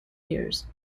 years